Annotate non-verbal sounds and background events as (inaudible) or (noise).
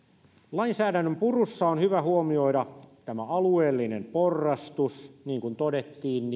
lainsäädännön purussa on hyvä huomioida tämä alueellinen porrastus niin kuin todettiin (unintelligible)